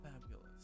fabulous